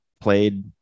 played